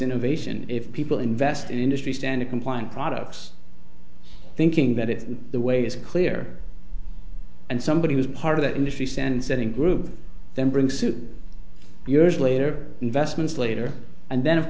innovation if people invest in industry standard compliant products thinking that it's the way it's clear and somebody was part of that industry stands that in group them bring suit years later investments later and then of